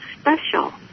special